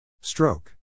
Stroke